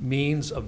means of